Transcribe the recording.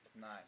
Nine